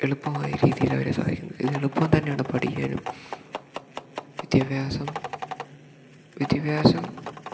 എളുപ്പമായ രീതിയിൽ അവരെ സഹായിക്കുന്നു ഇത് എളുപ്പം തന്നെയാണ് പഠിക്കാനും വിദ്യാഭ്യാസം വിദ്യാഭ്യാസം